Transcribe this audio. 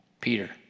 Peter